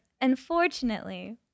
unfortunately